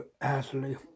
Ashley